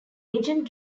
agent